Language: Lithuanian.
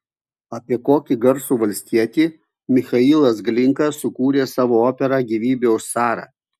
apie kokį garsų valstietį michailas glinka sukūrė savo operą gyvybė už carą